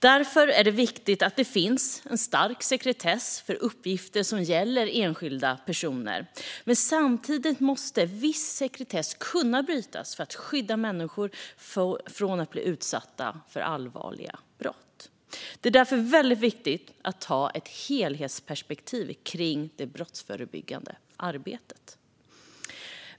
Därför är det är viktigt att det finns en stark sekretess för uppgifter som gäller enskilda personer, men samtidigt måste viss sekretess kunna brytas för att skydda människor från att bli utsatta för allvarliga brott. Det är därför väldigt viktigt att ha ett helhetsperspektiv när det gäller det brottsförebyggande arbetet.